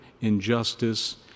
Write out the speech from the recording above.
injustice